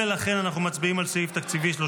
ולכן אנחנו מצביעים על סעיף תקציבי 37,